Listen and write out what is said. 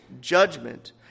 judgment